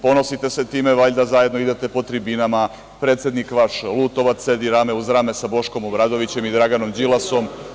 Ponosite se time, valjda zajedno idete po tribinama, predsednik vaš Lutovac, sedi rame uz rame sa Boškom Obradovićem i Draganom Đilasom.